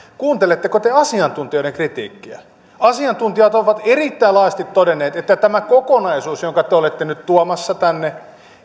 kuunteletteko te asiantuntijoiden kritiikkiä asiantuntijat ovat erittäin laajasti todenneet että tämä kokonaisuus jonka te nyt olette tuomassa tänne